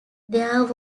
there